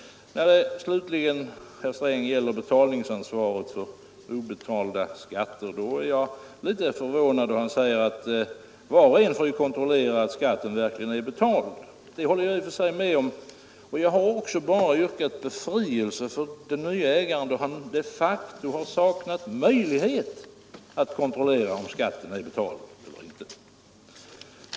När det slutligen, herr Sträng, gäller betalningsansvaret för obetalda skatter, är jag litet förvånad då finansministern säger att var och en får kontrollera att skatten verkligen är betald. Det håller jag i och för sig med om, och jag har också bara yrkat befrielse för den nye ägaren i de fall då han de facto har saknat möjlighet att kontrollera om skatten är betald eller inte.